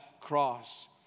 cross